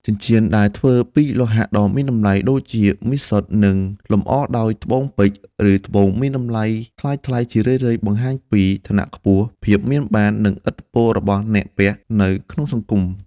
ចិញ្ចៀនដែលធ្វើពីលោហៈដ៏មានតម្លៃ (ដូចជាមាសសុទ្ធ) និងលម្អដោយត្បូងពេជ្រ ឬត្បូងមានតម្លៃថ្លៃៗ ជារឿយៗបង្ហាញពី ឋានៈខ្ពស់ ភាពមានបាន និងឥទ្ធិពលរបស់អ្នកពាក់នៅក្នុងសង្គម។